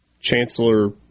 chancellor